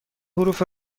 حروف